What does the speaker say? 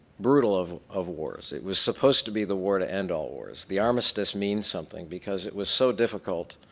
brutal of of wars, it was supposed to be the war to end all wars. the armistice means something because it was so difficult